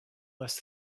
less